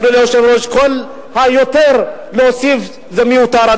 אדוני היושב-ראש, כל המוסיף יותר, זה מיותר.